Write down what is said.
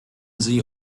sie